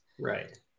Right